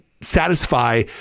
satisfy